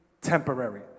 temporary